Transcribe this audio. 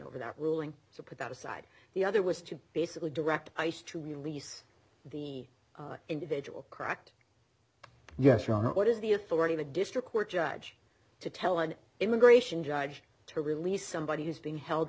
over that ruling so put that aside the other was to basically direct ice to release the individual correct yes or no what is the authority of a district court judge to tell an immigration judge to release somebody is being held